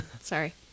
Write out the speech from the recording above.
Sorry